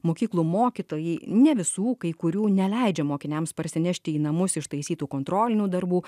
mokyklų mokytojai ne visų kai kurių neleidžia mokiniams parsinešti į namus ištaisytų kontrolinių darbų